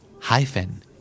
hyphen